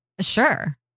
Sure